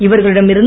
இவர்களிடம் இருந்து